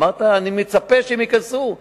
אמרת: אני מצפה שהם ייכנסו.